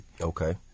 Okay